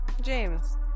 James